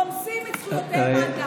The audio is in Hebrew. רומסים את זכויותיהם עד דק.